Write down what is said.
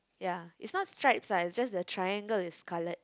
ya it's not stripes lah it's just that the triangle is coloured